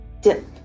dip